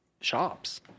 shops